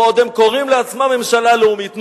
והם עוד קוראים לעצמם ממשלה לאומית.